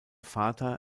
vater